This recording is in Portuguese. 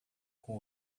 com